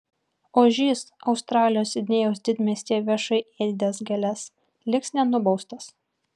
ožys australijos sidnėjaus didmiestyje viešai ėdęs gėles liks nenubaustas